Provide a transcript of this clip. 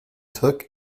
took